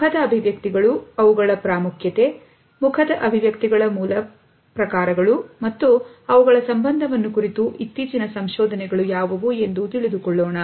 ಮುಖದ ಅಭಿವ್ಯಕ್ತಿಗಳು ಅವುಗಳ ಪ್ರಾಮುಖ್ಯತೆ ಮುಖದ ಅಭಿವ್ಯಕ್ತಿಗಳ ಮೂಲ ಪ್ರಕಾರಗಳು ಮತ್ತು ಅವುಗಳ ಸಂಬಂಧವನ್ನು ಕುರಿತು ಇತ್ತೀಚಿನ ಸಂಶೋಧನೆಗಳು ಯಾವುವು ಎಂದು ತಿಳಿದುಕೊಳ್ಳೋಣ